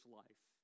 life